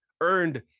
Earned